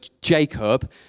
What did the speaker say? Jacob